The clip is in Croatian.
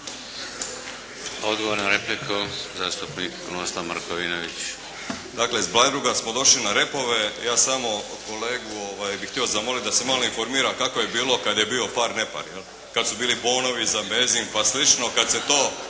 **Markovinović, Krunoslav (HDZ)** Dakle, s Bleiburga smo došli na repove. Ja smo kolegu bih htio zamolit da se malo informira kako je bilo kad je bio par-nepar. Kad su bili bonovi za benzin, pa slično